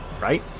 Right